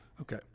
okay